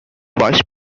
vice